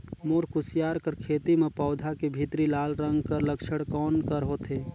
मोर कुसियार कर खेती म पौधा के भीतरी लाल रंग कर लक्षण कौन कर होथे?